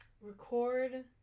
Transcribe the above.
record